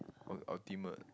oh ultimate